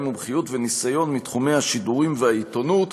מומחיות וניסיון מתחומי השידורים והעיתונות.